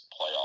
playoff